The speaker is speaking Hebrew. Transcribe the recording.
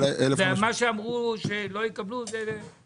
מה שאמרו שלא יקבלו, זה לא כך.